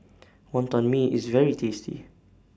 Wonton Mee IS very tasty